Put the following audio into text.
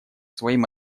своим